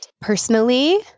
Personally